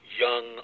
young